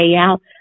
out